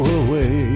away